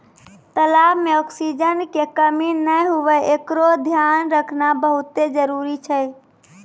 तलाब में ऑक्सीजन के कमी नै हुवे एकरोॅ धियान रखना बहुत्ते जरूरी छै